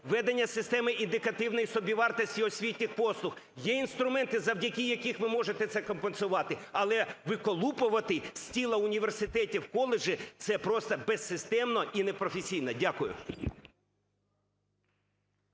ведення системи індикативної собівартості освітніх послуг. Є інструменти, завдяки яким ви можете це компенсувати, але виколупувати з тіла університетів коледжі – це просто безсистемно і непрофесійно. Дякую.